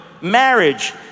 marriage